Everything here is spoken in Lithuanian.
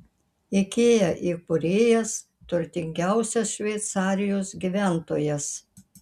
ikea įkūrėjas turtingiausias šveicarijos gyventojas